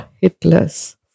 Hitler's